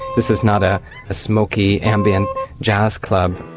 this is not a ah smoky, ambient jazz club.